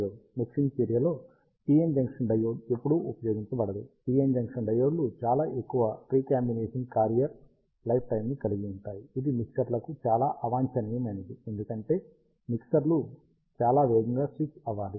mixing చర్యలో PN junction diode ఎప్పుడూ ఉపయోగించబడదు PN జంక్షన్ డయోడ్లు చాలా ఎక్కువ రీకాంబినేషన్ క్యారియర్ లైఫ్ టైం ని కలిగివుంటాయి ఇది మిక్సర్లకు చాలా అవాంఛనీయమైనది ఎందుకంటే మిక్సర్లు చాలా వేగంగా స్విచ్ అవ్వాలి